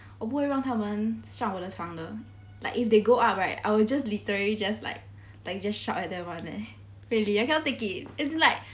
我不会让他们上我的床的 like if they go up right I will just literally just like like just shout at them [one] eh really I cannot take it as in like